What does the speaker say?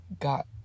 got